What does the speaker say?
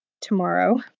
tomorrow